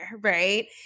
right